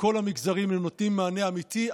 ובכל המגזרים הם נותנים מענה אמיתי.